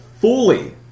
fully